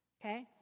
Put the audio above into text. okay